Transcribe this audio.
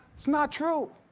it's not true.